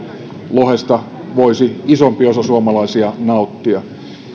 lohesta voisi isompi osa suomalaisista nauttia